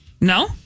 No